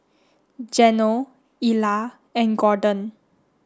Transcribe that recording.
Geno Ilah and Gorden